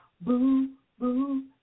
Boo-boo